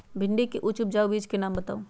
भिंडी के उच्च उपजाऊ बीज के नाम बताऊ?